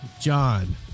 John